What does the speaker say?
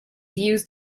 used